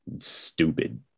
stupid